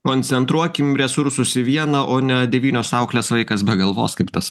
koncentruokim resursus į vieną o ne devynios auklės vaikas be galvos kaip tas